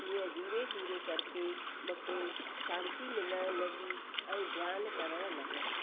तीअं धीरे धीरे करके मूंखे शांती मिलणु लॻी ऐं ध्यान करणु लॻसि